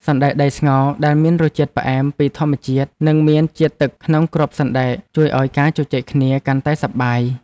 សណ្តែកដីស្ងោរដែលមានរសជាតិផ្អែមពីធម្មជាតិនិងមានជាតិទឹកក្នុងគ្រាប់សណ្តែកជួយឱ្យការជជែកគ្នាកាន់តែសប្បាយ។